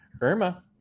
Irma